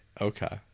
okay